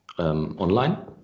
Online